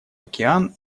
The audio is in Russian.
океан